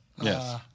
Yes